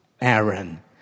Aaron